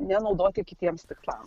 nenaudoti kitiems tikslams